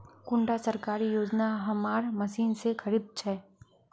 कुंडा सरकारी योजना हमार मशीन से खरीद छै?